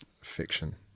Fiction